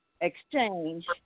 exchange